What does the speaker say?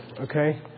okay